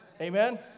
Amen